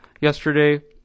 yesterday